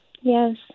Yes